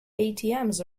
atms